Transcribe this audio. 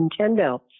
Nintendo